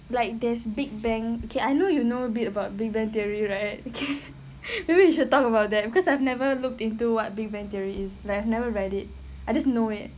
like there's big bang okay I know you know a bit about big bang theory right okay maybe you should talk about that because I've never looked into what big bang theory is like I've never read it I just know it